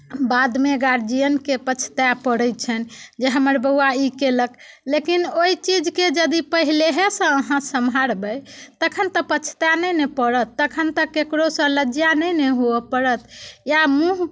बादमे गार्जियनके पछताए पड़ैत छैन्ह जे हमर बौआ ई केलक लेकिन ओहि चीजके यदि पहिलेहेसँ अहाँ जे सम्हारबै तखैन तऽ पछताए नहि ने पड़त तखन तऽ ककरोसँ लज्जा नहि ने होअ पड़त या मूँह